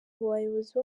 bayobozi